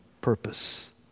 purpose